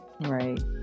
right